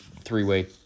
three-way